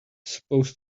supposed